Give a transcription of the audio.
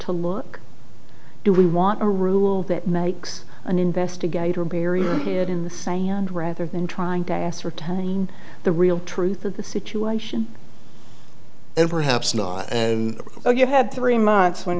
to look do we want to rule that makes an investigator barrier here in the sand rather than trying to ascertain the real truth of the situation and perhaps not and you had three months when